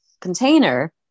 container